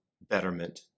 betterment